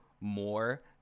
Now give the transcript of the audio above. more